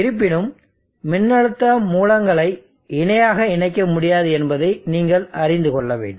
இருப்பினும் மின்னழுத்த மூலங்களை இணையாக இணைக்க முடியாது என்பதை நீங்கள் அறிந்து கொள்ள வேண்டும்